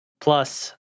plus